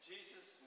Jesus